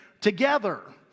together